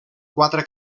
quatre